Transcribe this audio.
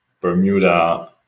Bermuda